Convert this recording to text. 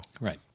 Right